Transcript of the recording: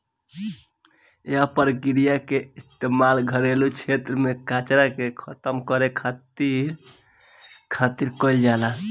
एह प्रक्रिया के इस्तेमाल घरेलू क्षेत्र में कचरा के खतम करे खातिर खातिर कईल जाला